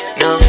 no